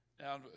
Now